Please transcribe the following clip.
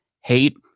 hate